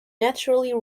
naturally